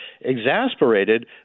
exasperated